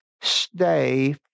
Stay